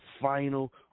final